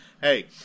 Hey